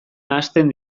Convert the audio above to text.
nahasten